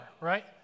right